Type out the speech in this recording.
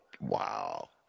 Wow